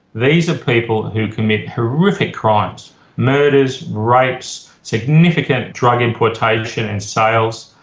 these are people who commit horrific crimes murders, rapes, significant drug importation and sales,